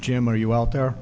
jim are you out there